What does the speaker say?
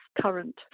current